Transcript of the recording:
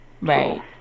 Right